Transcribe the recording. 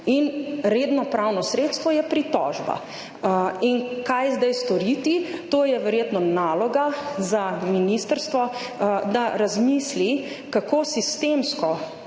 In redno pravno sredstvo je pritožba. In kaj zdaj storiti? To je verjetno naloga za ministrstvo, da razmisli, kako sistemsko